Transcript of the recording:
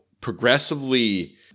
progressively